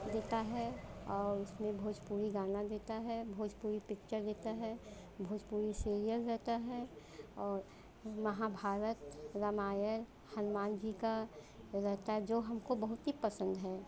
देता है और उसमें भोजपुरी गाना देता है भोजपुरी पिक्चर देता है भोजपुरी सीरियल देता है और महाभारत रामायण हनुमान जी का रहता है जो हमको बहुत ही पसंद है और